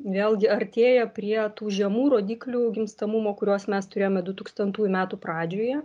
vėlgi artėja prie tų žemų rodiklių gimstamumo kuriuos mes turėjome du tūkstantų metų pradžioje